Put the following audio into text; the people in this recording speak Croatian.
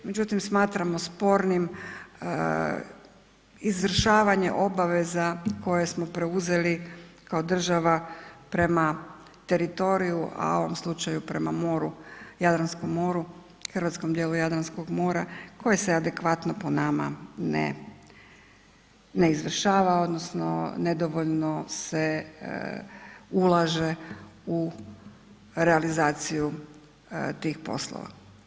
Međutim, smatramo spornim izvršavanje obaveza koje smo preuzeli kao država prema teritoriju, a u ovom slučaju prema moru, Jadranskom moru, hrvatskom dijelu Jadranskog mora koje se adekvatno po nama ne izvršava, odnosno nedovoljno se ulaže u realizaciju tih poslova.